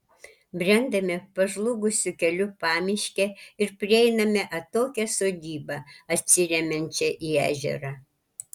brendame pažliugusiu keliu pamiške ir prieiname atokią sodybą atsiremiančią į ežerą